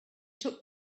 took